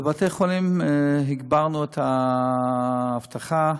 בבתי-חולים הגברנו את האבטחה,